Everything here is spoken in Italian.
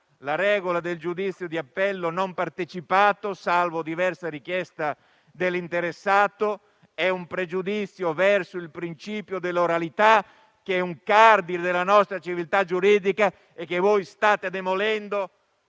la regola del giudizio di appello non partecipato, salvo diversa richiesta dell'interessato: è un pregiudizio verso il principio dell'oralità, che è un cardine della nostra civiltà giuridica, che state demolendo